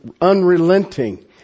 unrelenting